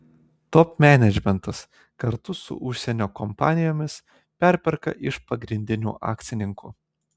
top menedžmentas kartu su užsienio kompanijomis perperka iš pagrindinių akcininkų